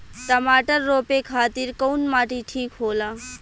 टमाटर रोपे खातीर कउन माटी ठीक होला?